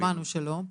כן, כבר שמענו שלא.